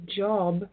job